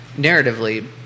narratively